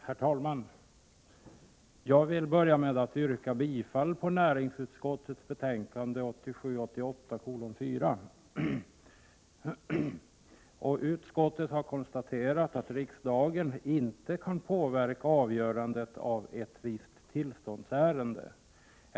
Herr talman! Jag vill börja med att yrka bifall till hemställan i näringsutskottets betänkande 1987/88:4. Utskottet har konstaterat att riksdagen inte kan påverka avgörandet i ett visst tillståndsärende.